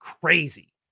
crazy